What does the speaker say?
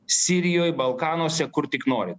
sirijoj balkanuose kur tik nori